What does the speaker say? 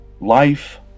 life